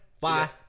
Bye